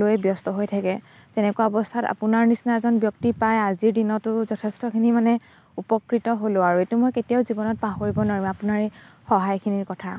লৈয়ে ব্যস্ত হৈ থাকে তেনেকুৱা অৱস্থাত আপোনাৰ নিচিনা এজন ব্যক্তি পাই আজিৰ দিনতো যথেষ্টখিনি মানে উপকৃত হ'লোঁ আৰু এইটো মই কেতিয়াও জীৱনত পাহৰিব নোৱাৰোঁ আপোনাৰ এই সহায়খিনিৰ কথা